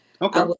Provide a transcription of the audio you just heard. Okay